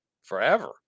forever